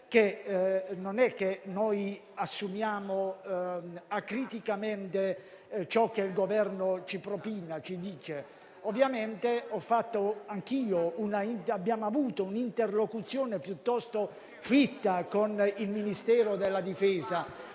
non è che assumiamo acriticamente ciò che il Governo ci propina e ci dice, ma abbiamo avuto un'interlocuzione piuttosto fitta con il Ministero della difesa,